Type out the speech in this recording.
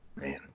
man